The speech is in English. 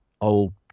old